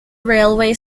railway